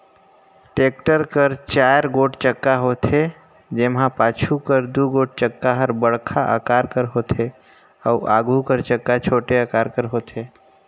tractor कर चाएर गोट चक्का होथे, जेम्हा पाछू कर दुगोट चक्का हर बड़खा अकार कर होथे अउ आघु कर चक्का छोटे अकार कर होथे